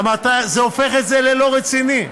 למה זה הופך את זה ללא רציני.